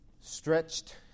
stretched